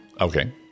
Okay